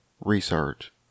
research